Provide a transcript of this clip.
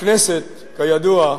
הכנסת, כידוע,